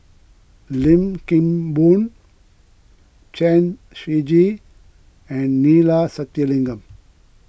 Lim Kim Boon Chen Shiji and Neila Sathyalingam